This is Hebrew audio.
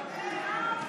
נגד אנחנו